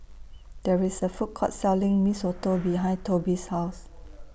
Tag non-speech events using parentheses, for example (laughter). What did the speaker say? There IS A Food Court Selling Mee Soto (noise) behind Tobe's House